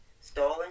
stalling